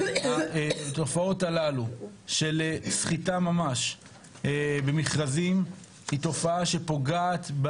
התופעות הללו של סחיטה ממש במכרזים היא תופעה שפוגעת,